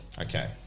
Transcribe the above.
Okay